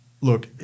look